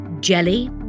Jelly